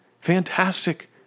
Fantastic